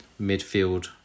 midfield